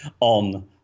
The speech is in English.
on